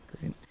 Great